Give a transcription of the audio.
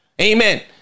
amen